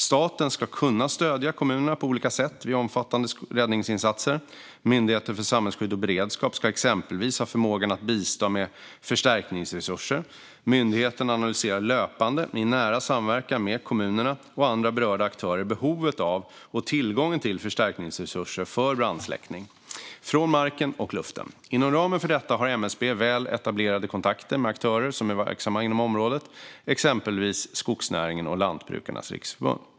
Staten ska kunna stödja kommunerna på olika sätt vid omfattande räddningsinsatser. Myndigheten för samhällsskydd och beredskap ska exempelvis ha förmåga att bistå med förstärkningsresurser. Myndigheten analyserar löpande, i nära samverkan med kommunerna och andra berörda aktörer, behovet av och tillgången till förstärkningsresurser för brandsläckning från marken och luften. Inom ramen för detta har MSB väl etablerade kontakter med aktörer som är verksamma inom området, exempelvis skogsnäringen och Lantbrukarnas Riksförbund.